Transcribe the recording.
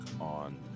on